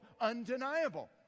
undeniable